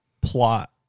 plot